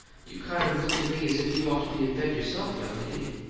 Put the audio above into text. you kind of look to me as if you ought to be in bed yourself, young lady.